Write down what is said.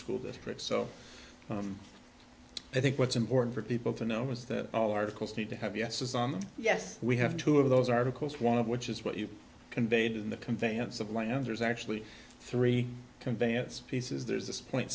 school district so i think what's important for people to know is that all articles need to have yes is on them yes we have two of those articles one of which is what you conveyed in the conveyance of land there's actually three convenience pieces there's this point